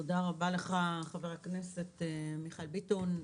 תודה רבה לך, חבר הכנסת מיכאל ביטון.